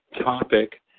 topic